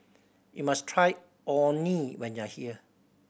you must try Orh Nee when you are here